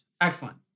Excellent